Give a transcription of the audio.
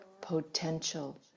potential